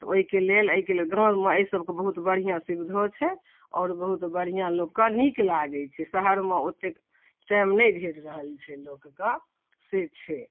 तऽ ओहिके लेल एहिके लेल गाँवमे एहि सभके लेल बहुत बढ़िआँ सुविधो छै आओर बहुत बढ़िआँ लोककेँ नीक लागैत छै शहरमे ओतेक टाइम नहि भेट रहल छै लोककेँ छै